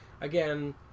again